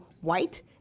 white